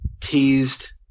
teased